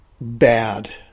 bad